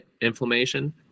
inflammation